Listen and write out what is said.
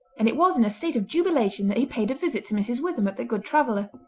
and it was in a state of jubilation that he paid a visit to mrs. witham at the good traveller.